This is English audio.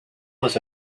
was